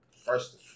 first